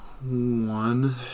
One